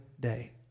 day